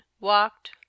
walked